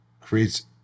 creates